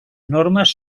normes